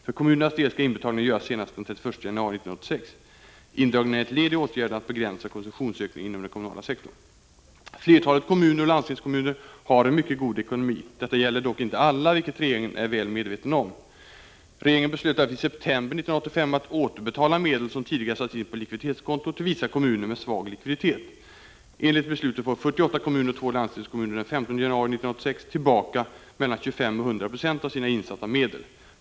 För kommunernas del skall inbetalningen göras senast den 31 januari 1986. Indragningen är ett led i åtgärderna att begränsa konsumtionsökningen inom den kommunala sektorn. Flertalet kommuner och landstingskommuner har en mycket god ekonomi. Detta gäller dock inte alla, vilket regeringen är väl medveten om. Regeringen beslöt därför i september 1985 att återbetala medel som tidigare satts in på likviditetskonto till vissa kommuner med svag likviditet. Enligt beslutet får 48 kommuner och 2 landstingskommuner den 15 januari 1986 tillbaka mellan 25 och 100 26 av sina insatta medel.